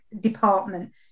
department